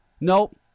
Nope